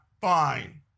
fine